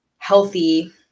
healthy